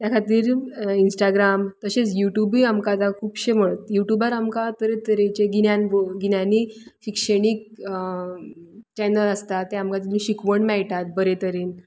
त्या खातीर इंस्टाग्राम तशेंच युट्यूबय आतां आमकां खुबशें मळ युट्यूबार आमकां तरे तरेचें गिन्यान गिन्यानिक शिक्षणीक चेनल आसता ते आमकां शिकवण मेळटा बरे तरेन